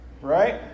right